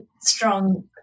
strong